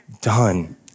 done